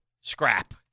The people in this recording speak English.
scrap